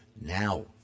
now